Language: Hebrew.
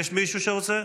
יש מישהו שרוצה?